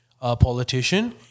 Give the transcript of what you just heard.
politician